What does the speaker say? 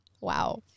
Wow